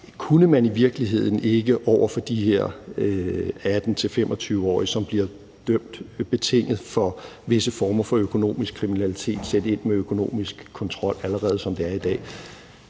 om man i virkeligheden ikke over for de her 18-25-årige, som bliver dømt betinget for visse former for økonomisk kriminalitet, kunne sætte ind med økonomisk kontrol, allerede som det er i dag.